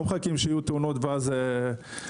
לא מחכים שיהיו תאונות, ואז מטפלים.